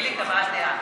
חיליק, הבעת דעה.